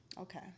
Okay